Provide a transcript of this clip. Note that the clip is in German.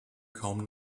kaum